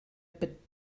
bit